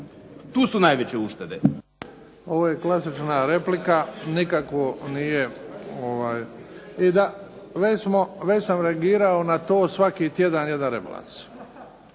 Tu su najveće uštede.